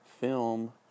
film